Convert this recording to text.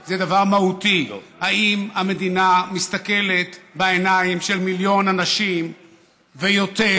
זה דבר מהותי: האם המדינה מסתכלת בעיניים של מיליון אנשים ויותר,